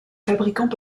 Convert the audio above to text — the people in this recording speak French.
fabricants